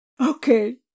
Okay